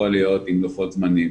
יכול להיות עם לוחות זמנים